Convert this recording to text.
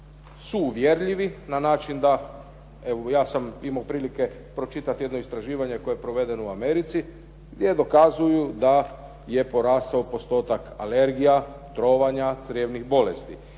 su uvjerljivi na način da, evo ja sam imao prilike pročitati jedno istraživanje koje je provedeno u Americi gdje dokazuju da je porastao postotak alergija, trovanja, crijevnih bolesti.